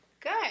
Good